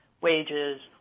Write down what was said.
wages